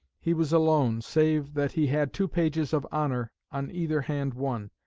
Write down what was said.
he was alone, save that he had two pages of honour, on either hand one,